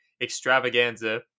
extravaganza